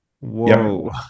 Whoa